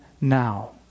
now